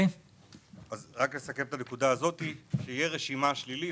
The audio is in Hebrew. אנחנו מציעים שתהיה רשימה שלילית,